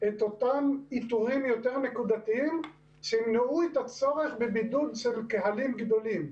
את אותם איתורים יותר נקודתיים שימנעו את הצורך בבידוד של קהלים גדולים.